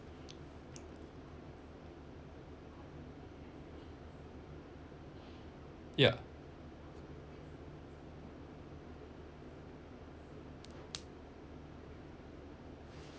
yeah